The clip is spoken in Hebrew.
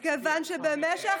מאיפה